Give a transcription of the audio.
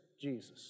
Jesus